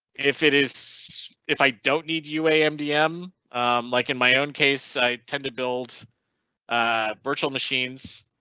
if it is if i don't need, you am dm like in my own case, i tend to build a virtual machines.